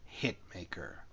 Hitmaker